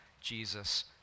Jesus